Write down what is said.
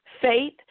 faith